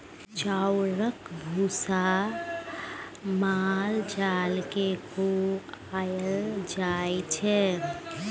चाउरक भुस्सा माल जाल केँ खुआएल जाइ छै